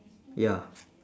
ya